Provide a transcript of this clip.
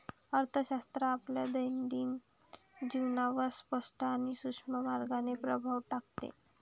अर्थशास्त्र आपल्या दैनंदिन जीवनावर स्पष्ट आणि सूक्ष्म मार्गाने प्रभाव टाकते